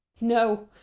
No